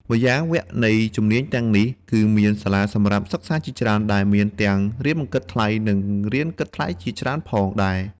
ម្យ៉ាងវគ្គនៃជំនាញទាំងនេះគឺមាន សាលាសម្រាប់សិក្សាជាច្រើន ដែលមានទាំងរៀនមិនគិតថ្លៃ និងរៀនគិតថ្លៃជាច្រើនផងដែរ។